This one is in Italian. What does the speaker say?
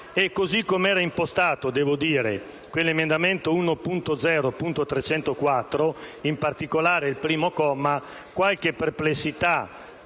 così com'era impostato, quell'emendamento 1.0.304, in particolare al primo comma, qualche perplessità